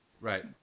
Right